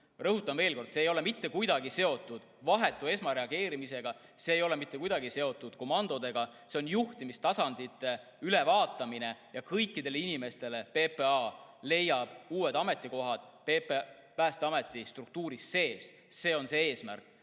Rõhutan veel kord, et see ei ole mitte kuidagi seotud vahetu esmareageerimisega, see ei ole mitte kuidagi seotud komandodega, see on juhtimistasandite ülevaatamine. Kõikidele inimestele leiab PPA uued ametikohad Päästeameti struktuuri sees. See on see eesmärk,